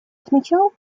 отмечал